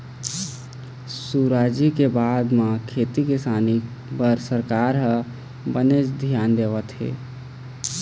सुराजी के बाद म खेती किसानी बर सरकार ह बनेच धियान देवत हे